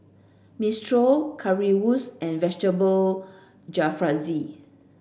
Minestrone Currywurst and Vegetable Jalfrezi